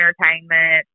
entertainment